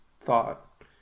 thought